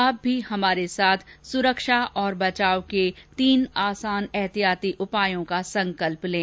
आप भी हमारे साथ सुरक्षा और बचाव के तीन आसान एहतियाती उपायों का संकल्प लें